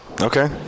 Okay